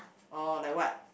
or like what